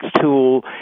tool